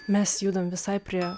mes judam visai prie